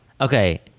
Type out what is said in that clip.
Okay